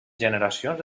generacions